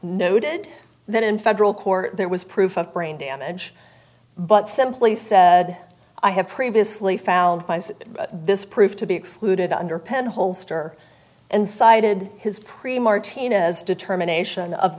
noted that in federal court there was proof of brain damage but simply said i have previously found this proof to be excluded under penn holster and cited his pre marked taina as determination of